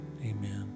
Amen